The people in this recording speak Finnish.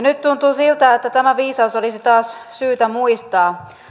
nyt tuntuu siltä että tämä viisaus olisi taas syytä muistaa